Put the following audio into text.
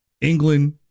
England